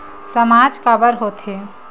सामाज काबर हो थे?